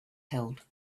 held